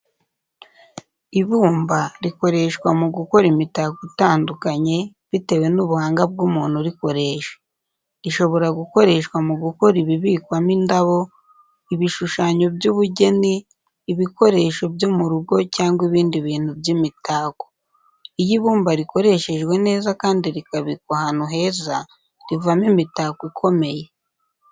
Ibumba rikoreshwa mu gukora imitako itandukanye, bitewe n'ubuhanga bw'umuntu urikoresha. Rishobora gukoreshwa mu gukora ibibikwamo indabo, ibishushanyo by’ubugeni, ibikoresho byo mu rugo cyangwa ibindi bintu by’imitako. Iyo ibumba rikoreshejwe neza kandi rikabikwa ahantu heza, rivamo imitako ikomeye.